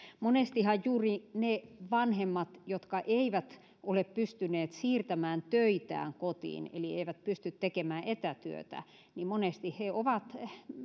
monestihan juuri ne vanhemmat jotka eivät ole pystyneet siirtämään töitään kotiin eli eivät pysty tekemään etätyötä ovat